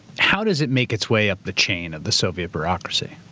how does it make its way up the chain of the soviet bureaucracy?